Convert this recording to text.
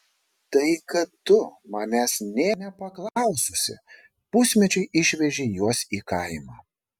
tai kad tu manęs nė nepaklaususi pusmečiui išvežei juos į kaimą